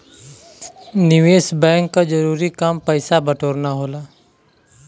निवेस बैंक क जरूरी काम पैसा बटोरना होला